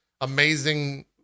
amazing